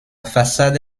façade